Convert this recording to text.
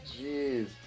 jeez